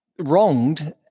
wronged